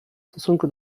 stosunku